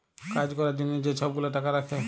কাজ ক্যরার জ্যনহে যে ছব গুলা টাকা রাখ্যে